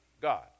God